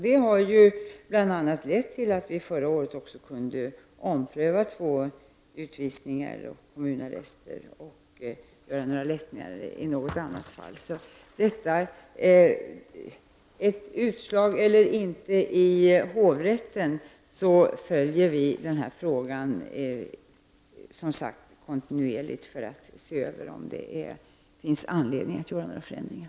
Detta har bl.a. lett till att vi förra året kunde göra en omprövning när det gällde två utvisningar och något kommunarrestärende. I något fall kunde vi också åstadkomma lättnader. Oavsett utslaget i hovrätten följer vi, som sagt, frågan kontinuerligt för att pröva om det finns anledning att göra några förändringar.